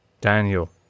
Daniel